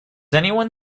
anyone